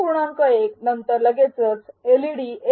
१ नंतर लगेचच एलईडी १